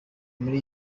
muri